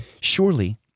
Surely